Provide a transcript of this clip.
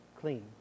clean